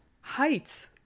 Heights